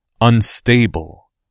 Unstable